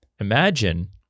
Imagine